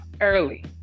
early